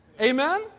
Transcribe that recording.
Amen